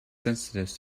sensitive